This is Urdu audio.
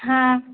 ہاں